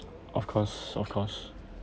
of course of course